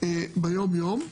ביום יום.